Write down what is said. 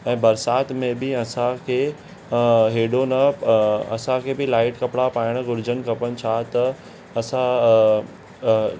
ऐं बरसाति में बि असांखे हेॾो न असांखे बि लाईट कपिड़ा पाइणु घुरिजनि खपनि छा त असां